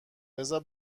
بذار